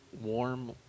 warm